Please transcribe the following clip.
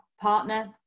partner